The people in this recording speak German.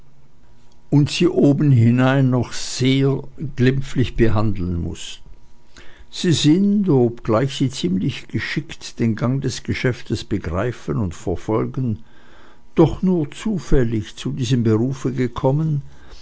und sie obenhinein noch sehr glimpflich behandeln muß sie sind obgleich sie ziemlich geschickt den gang des geschäftes begreifen und verfolgen doch nur zufällig zu diesem berufe gekommen